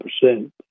percent